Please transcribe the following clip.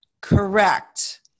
correct